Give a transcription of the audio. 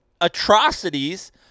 atrocities